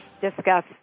discuss